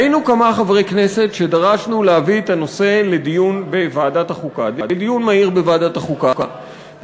היינו כמה חברי כנסת שדרשו להביא את הנושא לדיון מהיר בוועדת החוקה,